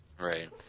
Right